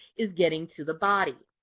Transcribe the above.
is getting to the body.